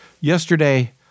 Yesterday